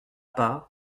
part